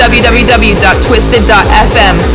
www.twisted.fm